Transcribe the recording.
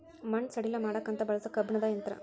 ಮಣ್ಣ ಸಡಿಲ ಮಾಡಾಕಂತ ಬಳಸು ಕಬ್ಬಣದ ಯಂತ್ರಾ